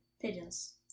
pigeons